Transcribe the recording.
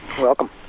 welcome